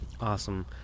Awesome